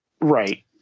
Right